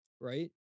right